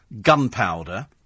gunpowder